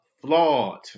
flawed